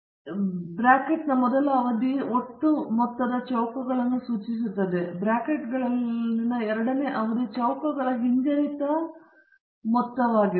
ಮತ್ತು ಬ್ರಾಕೆಟ್ನ ಮೊದಲ ಅವಧಿ ಒಟ್ಟು ಮೊತ್ತದ ಚೌಕಗಳನ್ನು ಸೂಚಿಸುತ್ತದೆ ಮತ್ತು ಬ್ರಾಕೆಟ್ಗಳಲ್ಲಿನ ಎರಡನೇ ಅವಧಿ ಚೌಕಗಳ ಹಿಂಜರಿತ ಮೊತ್ತವಾಗಿದೆ